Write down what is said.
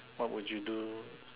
what would you do